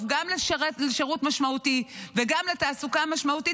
גם לשירות משמעותי וגם לתעסוקה משמעותית,